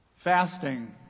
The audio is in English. Fasting